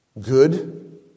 good